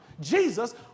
Jesus